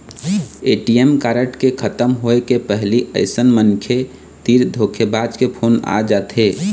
ATM card के खतम होए के पहिली अइसन मनखे तीर धोखेबाज के फोन आ जाथे